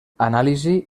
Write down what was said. anàlisi